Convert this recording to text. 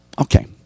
okay